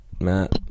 Matt